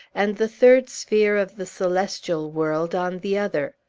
and the third sphere of the celestial world on the other.